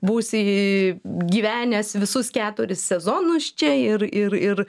būsi gyvenęs visus keturis sezonus čia ir ir ir